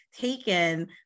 taken